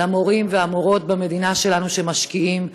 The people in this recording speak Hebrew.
למורים ולמורות במדינה שלנו שמשקיעים,